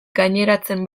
gaineratzen